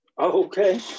Okay